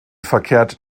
verkehrt